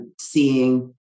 seeing